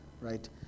Right